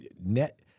Net